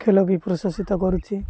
ଖେଳ ବି ପ୍ରଶାସିତ କରୁଛି